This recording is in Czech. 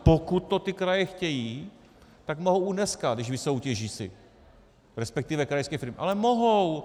Pokud to kraje chtějí, tak mohou i dneska, když si to vysoutěží, respektive krajské firmy, ale mohou.